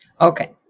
Okay